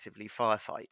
firefight